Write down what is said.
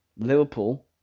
Liverpool